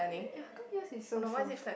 ya how come yours is so soft ah